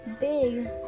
big